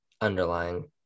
underlying